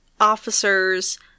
officers